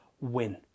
win